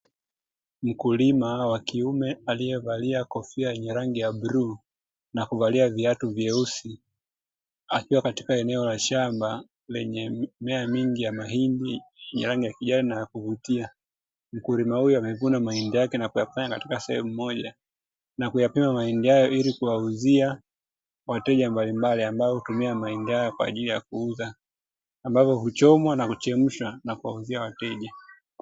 Mkulima wa kiume, alievalia kofia yenye rangi ya bluu, na kuvalia viatu vyenye rangi nyeusi, akiwa katika eneo la shamba, lenye mimea mingi ya mahindi, yenye rangi ya kijani na ya kuvutia, mkulima huyo amevuna mahindi yake na kuyakusanya katika sehemu moja, na kuyapima mahindi hayo ili kuwauzia wateja mbalimbali , ambao hutumia mahindi hayo, ambavyo huchomwa na kuchemshwa ili kuwauzia wateja.